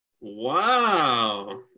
wow